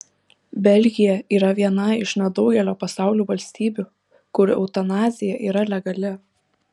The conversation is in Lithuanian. belgija yra viena iš nedaugelio pasaulio valstybių kur eutanazija yra legali